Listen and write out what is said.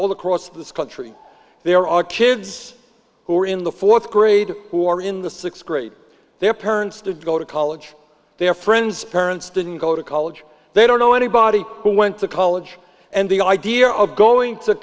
this country there are kids who are in the fourth grade who are in the sixth grade their parents did go to college their friends parents didn't go to college they don't know anybody who went to college and the idea of going to